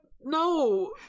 no